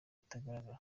itagaragara